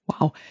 Wow